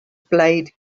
blade